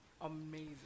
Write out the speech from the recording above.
amazing